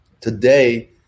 Today